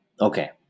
Okay